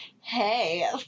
hey